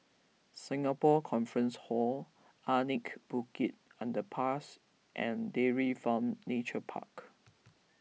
Singapore Conference Hall Anak Bukit Underpass and Dairy Farm Nature Park